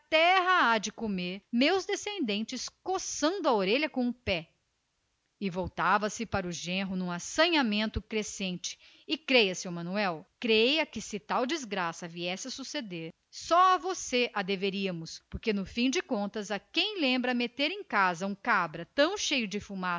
de comer descendente meu coçando a orelha com o pé e voltando-se para o genro num assanhamento crescente mas creia seu manuel que se tamanha desgraça viesse a suceder só a você a deveríamos porque no fim das contas a quem lembra meter em casa um cabra tão cheio de fumaças